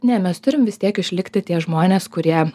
ne mes turim vis tiek išlikti tie žmonės kurie